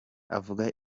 avuga